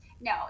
no